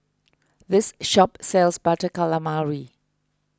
this shop sells Butter Calamari